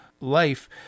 life